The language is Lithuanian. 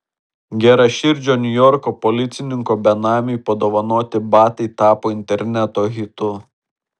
geraširdžio niujorko policininko benamiui padovanoti batai tapo interneto hitu